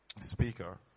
speaker